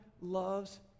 loves